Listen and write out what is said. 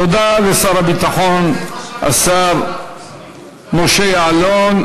תודה לשר הביטחון, השר משה יעלון.